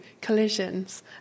collisions